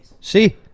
See